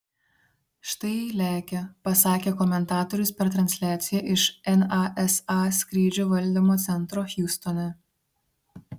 štai lekia pasakė komentatorius per transliaciją iš nasa skrydžių valdymo centro hjustone